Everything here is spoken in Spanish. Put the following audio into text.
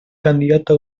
candidato